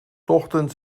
ochtends